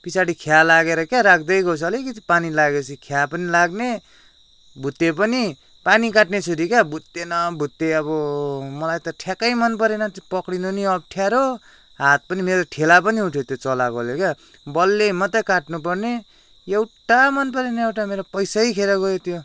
पछाडि खिया लागेर क्या राख्दै गए पछि अलिकति पानी लागेपछि खिया पनि लाग्ने भुत्ते पनि पानी काट्ने छुरी क्या भुत्ते न भुत्ते अब मलाई त ठयाक्कै मन परेन पक्रिनु नि अप्ठ्यारो हात पनि मेरो ठेला पनि उठ्यो त्यो चलाएकोले क्या बलले मात्र काट्नु पर्ने एउटा मन परेन एउटा मेरो पैसै खेरो गोयो त्यो